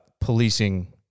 policing